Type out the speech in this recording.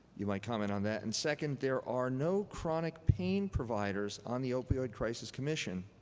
you might comment on that. and second, there are no chronic pain providers on the opioid crisis commission,